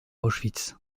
auschwitz